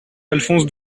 alphonse